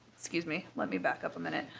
excuse me let me back up a minute.